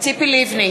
ציפי לבני,